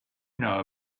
know